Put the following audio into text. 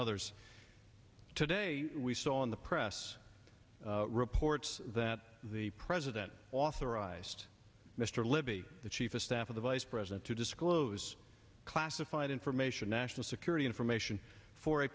others today we saw in the press reports that the president authorized mr libby the chief of staff of the vice president to disclose classified information national security information for